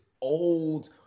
old